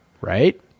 Right